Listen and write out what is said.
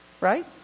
right